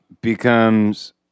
becomes